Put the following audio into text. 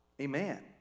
Amen